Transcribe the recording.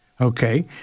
okay